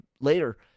later